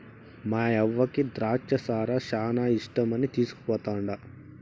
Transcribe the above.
మాయవ్వకి ద్రాచ్చ సారా శానా ఇష్టమని తీస్కుపోతండా